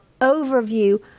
overview